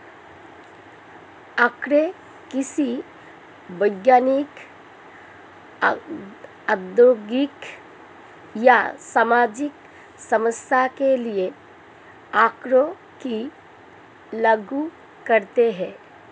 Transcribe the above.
आंकड़े किसी वैज्ञानिक, औद्योगिक या सामाजिक समस्या के लिए आँकड़ों को लागू करते है